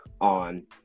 on